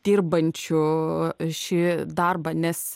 dirbančių šį darbą nes